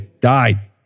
died